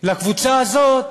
את הקבוצה הזאת